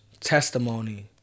Testimony